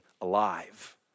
alive